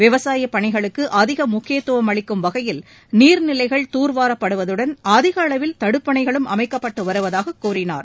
விவசாயப் பணிகளுக்கு அதிக முக்கியத்துவம் அளிக்கும் வகையில் நீர்நிலைகள் தூர்வாரப்படுவதுடன் அதிக அளவில் தடுப்பணைகளும் அமைக்கப்பட்டு வருவதாகக் கூறினார்